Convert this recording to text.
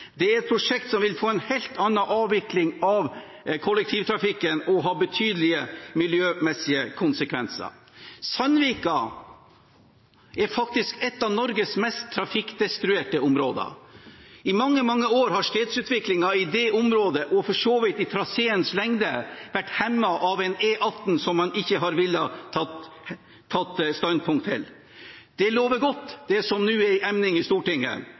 Det er et prosjekt som vil få en helt annen avvikling av kollektivtrafikken og ha betydelige miljømessige konsekvenser. Sandvika er faktisk et av de mest trafikkdestruerte områdene i Norge med mest trafikkdistribusjon. I mange, mange år har stedsutviklingen i dette område – og for så vidt i traseens lengde – vært hemmet av en E18 som man ikke har villet ta standpunkt til. Det som nå er i emning i Stortinget,